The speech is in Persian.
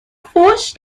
فحش